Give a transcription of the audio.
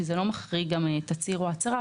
שזה לא מחריג גם תצהיר או הצהרה.